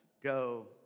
go